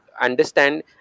understand